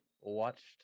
watched